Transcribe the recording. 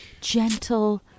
gentle